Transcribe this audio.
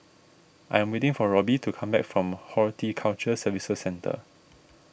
I am waiting for Robbie to come back from Horticulture Services Centre